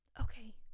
Okay